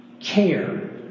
Care